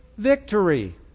victory